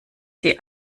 sie